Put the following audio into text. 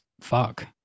fuck